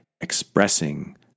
expressing